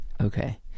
Okay